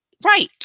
right